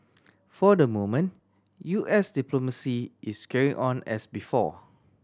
for the moment U S diplomacy is carrying on as before